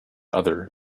other